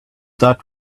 that